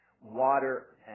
Water